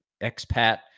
expat